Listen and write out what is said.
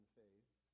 faith